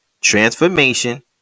transformation